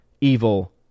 evil